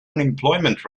unemployment